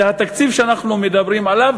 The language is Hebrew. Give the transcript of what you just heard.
זה התקציב שאנחנו מדברים עליו,